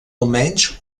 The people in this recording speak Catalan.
almenys